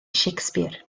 shakespeare